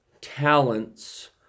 talents